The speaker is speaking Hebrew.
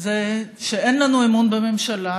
אין לנו אמון בממשלה,